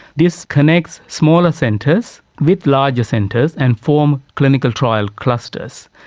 this connects smaller centres with larger centres and forms clinical trial clusters.